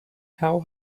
how